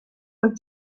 with